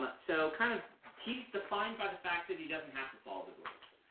but so kind of he's defined by the fact that he doesn't have to follow the rules.